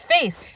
face